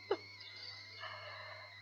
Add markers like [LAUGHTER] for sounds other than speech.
[LAUGHS]